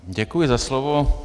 Děkuji za slovo.